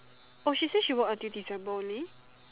oh she say she work until December only